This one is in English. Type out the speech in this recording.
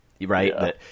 right